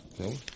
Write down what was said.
Okay